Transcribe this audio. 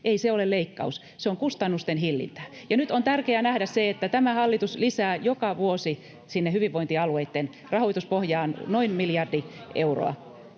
Ei se ole leikkaus. Se on kustannusten hillintää. [Välihuutoja keskeltä ja vasemmalta] Nyt on tärkeää nähdä, että tämä hallitus lisää joka vuosi sinne hyvinvointialueitten rahoituspohjaan noin miljardi euroa.